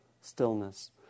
stillness